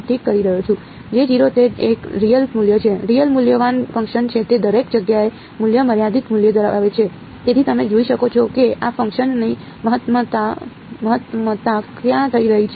તે એક રિયલ મૂલ્ય છે રિયલ મૂલ્યવાન ફંક્શન છે તે દરેક જગ્યાએ મૂલ્ય મર્યાદિત મૂલ્ય ધરાવે છે તેથી તમે જોઈ શકો છો કે આ ફંક્શનની મહત્તમતા ક્યાં થઈ રહી છે